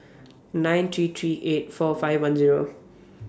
nine three three eight four five one Zero